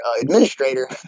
administrator